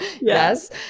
yes